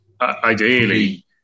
Ideally